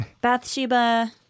Bathsheba